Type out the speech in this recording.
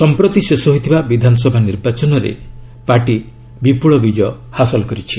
ସମ୍ପ୍ରତି ଶେଷ ହୋଇଥିବା ବିଧାନସଭା ନିର୍ବାଚନରେ ପାର୍ଟି ବିପୁଳ ବିଜୟ ହାସଲ କରିଛି